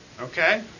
Okay